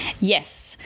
Yes